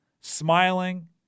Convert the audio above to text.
smiling